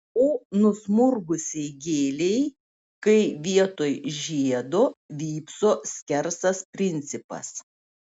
o nusmurgusiai gėlei kai vietoj žiedo vypso skersas principas